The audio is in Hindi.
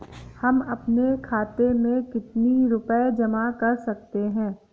हम अपने खाते में कितनी रूपए जमा कर सकते हैं?